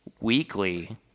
weekly